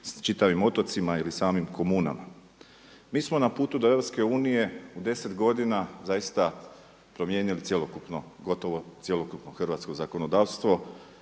čitavim otocima ili samim komunama. Mi smo na putu do EU u 10 godina zaista promijenili cjelokupno, gotovo cjelokupno hrvatsko zakonodavstvo.